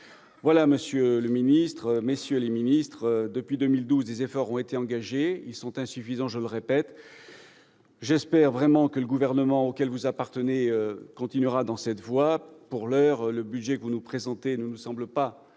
16 %. Monsieur le ministre, monsieur le secrétaire d'État, depuis 2012, des efforts ont été engagés ; ils sont insuffisants, je le répète. J'espère vraiment que le gouvernement auquel vous appartenez continuera dans cette voie. Pour l'heure, le budget que vous nous présentez ne nous semble pas